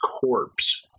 corpse